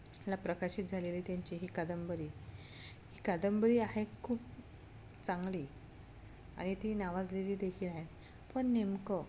ला प्रकाशित झालेली त्यांची ही कादंबरी ही कादंबरी आहे खूप चांगली आणि ती नावाजलेली देखील आहे पण नेमकं